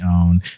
own